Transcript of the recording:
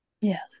Yes